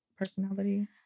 personality